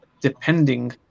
depending